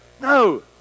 No